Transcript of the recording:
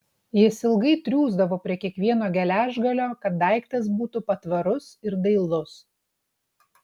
jis ilgai triūsdavo prie kiekvieno geležgalio kad daiktas būtų patvarus ir dailus